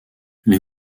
les